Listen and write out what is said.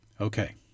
Okay